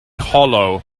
hollow